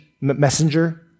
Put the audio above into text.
messenger